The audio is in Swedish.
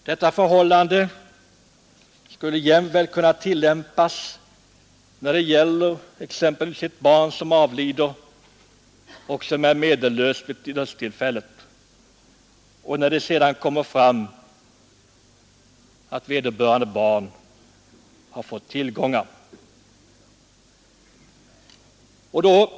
Detta förhållande skulle jämväl kunna tillämpas när det gäller exempelvis ett barn som avlider och som är medellöst vid dödstillfället men där det sedan kommer fram att barnet har fått tillgångar.